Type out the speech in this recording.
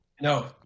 No